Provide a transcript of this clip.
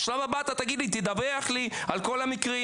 השלב הבא אתה תגיד לי תדווח לי על כל המקרים.